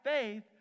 faith